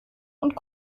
und